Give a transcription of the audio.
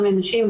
גם לנשים,